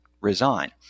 resign